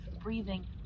breathing